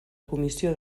comissió